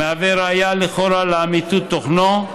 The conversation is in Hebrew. המהווה ראיה לכאורה לאמיתות תוכנו,